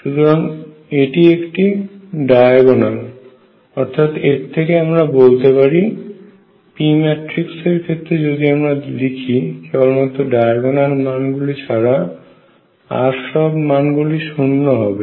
সুতরাং এটি একটি ডায়াগোনাল অর্থাৎ এর থেকে আমরা বলতে পারি p ম্যাট্রিক্স এর ক্ষেত্রে যদি আমরা লিখি কেবলমাত্র ডায়াগোনাল মান গুলি ছাড়া আর সব মান শূন্য হবে